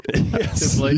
Yes